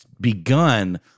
begun